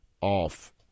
off